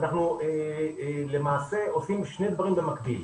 אנחנו למעשה עושים שני דברים במקביל.